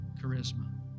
charisma